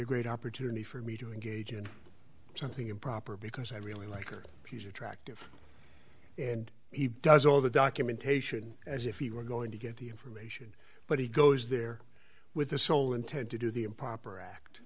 a great opportunity for me to engage in something improper because i really like or piece attractive and he does all the documentation as if he were going to get the information but he goes there with the sole intent to do the a proper act